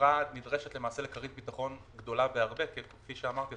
החברה נדרשת לכרית ביטחון גדולה בהרבה כי כפי שאמרתי,